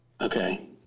Okay